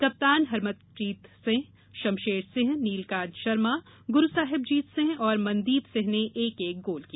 कप्तान हरमनप्रीत सिंह शमशेर सिंह नीलकांत शर्मा गुरूसाहिबजीत सिंह और मनदीप सिंह ने एक एक गोल किया